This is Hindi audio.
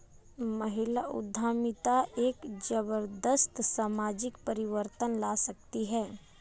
महिला उद्यमिता एक जबरदस्त सामाजिक परिवर्तन ला सकती है